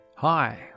Hi